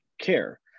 care